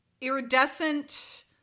iridescent